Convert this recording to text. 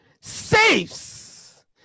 saves